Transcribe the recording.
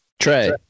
Trey